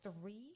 three